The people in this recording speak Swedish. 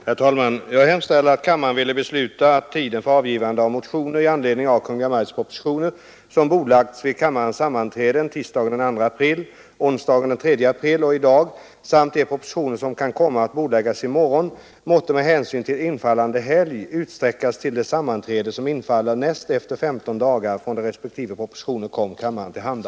Herr talman! Jag hemställer, att kammaren ville besluta att tiden för avgivande av motioner i anledning av de Kungl. Maj:ts propositioner som bordlagts vid kammarens sammanträden tisdagen den 2 april, onsdagen den 3 april och i dag samt de propositioner som kan komma att bordläggas i morgon måtte med hänsyn till infallande helg utsträckas till det sammanträde, som infaller näst efter 15 dagar från det respektive propositioner kom kammaren till handa.